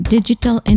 Digital